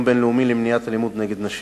כיום הבין-לאומי למניעת אלימות נגד נשים.